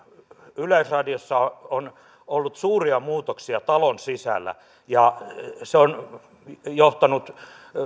yleisradiossa on ollut suuria muutoksia talon sisällä ja se on johtanut